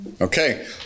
Okay